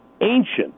ancient